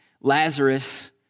Lazarus